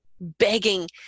begging